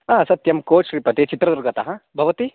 आम् सत्यं कोच् श्रिपतिः चित्रदुर्गतः भवति